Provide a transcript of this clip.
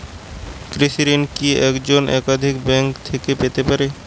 কৃষিঋণ কি একজন একাধিক ব্যাঙ্ক থেকে পেতে পারে?